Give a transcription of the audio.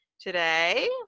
today